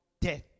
death